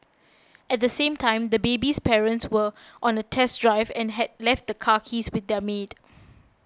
at the same time the baby's parents were on a test drive and had left the car keys with their maid